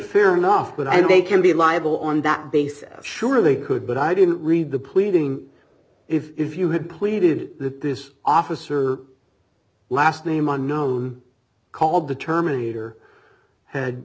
fair enough but i know they can be liable on that basis sure they could but i didn't read the pleading if you had pleaded that this officer last name unknown called the terminator had